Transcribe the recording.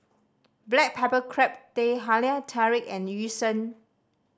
black pepper crab Teh Halia Tarik and Yu Sheng